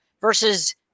versus